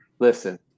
Listen